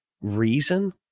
reason